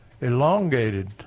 elongated